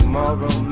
Tomorrow